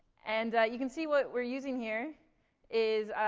and you can see what we're using here is,